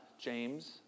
James